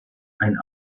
ein